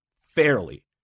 fairly